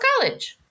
college